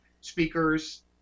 speakers